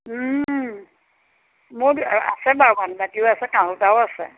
মোৰ আছে বাৰু বানবাটিও আছে কাঁহৰ লোটাও আছে